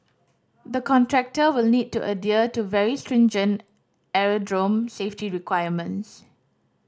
the contractor will need to adhere to very stringent aerodrome safety requirements